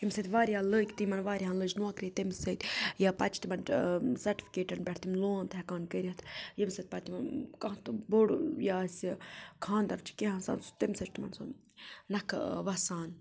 ییٚمہِ سۭتۍ واریاہ لٔگۍ تہِ یِمَن واریاہَن لٔج نوکری تمہِ سۭتۍ یا پَتہٕ چھِ تِمَن سٹِفِکیٹَن پٮ۪ٹھ تِم لون تہِ ہٮ۪کان کٔرِتھ ییٚمہِ سۭتۍ پَتہٕ تِمَن کانٛہہ تہٕ بوٚڑ یہِ آسہِ خانٛدَر چھُ کینٛہہ آسان سُہ تمہِ سۭتۍ چھُ تِمَن سُہ نَکھٕ وَسان